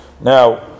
Now